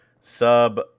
sub